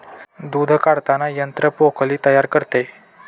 दूध काढताना यंत्र पोकळी तयार करते